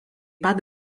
pat